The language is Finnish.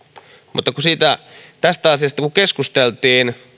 mutta kun tästä asiasta keskusteltiin